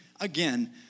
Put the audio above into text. again